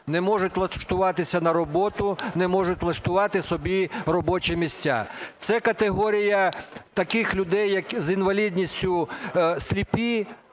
не можуть влаштуватися на роботу, не можуть влаштувати собі робочі місця. Це категорія таких людей, як з інвалідністю, сліпі